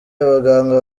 abaganga